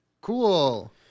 Cool